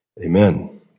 Amen